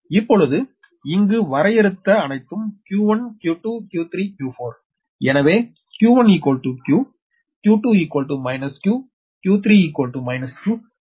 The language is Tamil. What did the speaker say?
இப்பொழுது இங்கு வரையறுத்த அனைத்தும் q1q2 q3 q4 எனவேq1q q2 q q3 q மற்றும் q4 q